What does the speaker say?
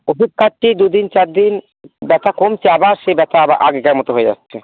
ওষুধ খাচ্ছি দু দিন চার দিন ব্য্যথা কমছে আবার সেই ব্য্যথা আবার আগেকার মতো হয়ে যাচ্ছে